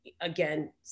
again